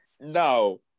No